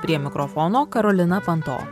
prie mikrofono karolina panto